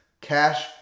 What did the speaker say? cash